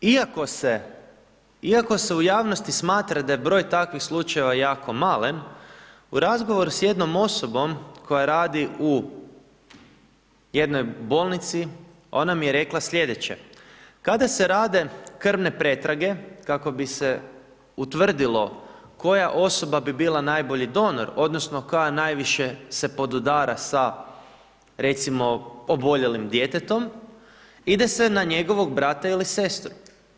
Iako se u javnosti smatra da je broj takvih slučajeva jako malen, u razgovoru s jednom osobom koja radi u jednoj bolnici, ona mi je rekla sljedeće, kada se rade krvne pretrage, kako bi se utvrdilo koja osoba bi bila najbolji donor, odnosno koja najviše se podudara sa recimo, oboljelim djetetom, ide se na njegovog brata ili sestru.